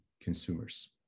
consumers